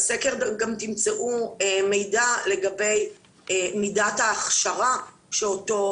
בסקר גם תמצאו מידע לגבי מידת ההכשרה שאותו